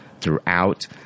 throughout